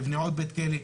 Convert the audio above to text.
תבנה עוד בית כלא.